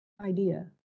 idea